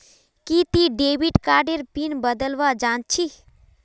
कि ती डेविड कार्डेर पिन बदलवा जानछी